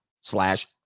slash